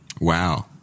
Wow